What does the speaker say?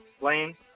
lane